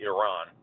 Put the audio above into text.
Iran